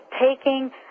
taking